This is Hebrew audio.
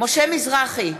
משה מזרחי,